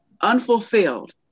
unfulfilled